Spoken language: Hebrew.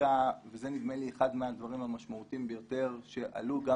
שברקע וזה נדמה לי אחד הדברים המשמעותיים ביותר שעלו גם